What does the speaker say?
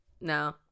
No